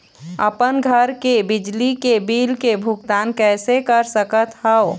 अपन घर के बिजली के बिल के भुगतान कैसे कर सकत हव?